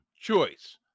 choice